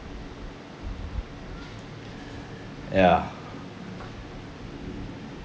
ya